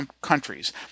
countries